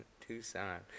Tucson